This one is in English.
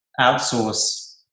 outsource